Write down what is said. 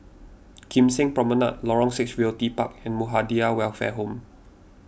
Kim Seng Promenade Lorong six Realty Park and Muhammadiyah Welfare Home